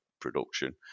production